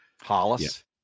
Hollis